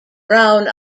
brown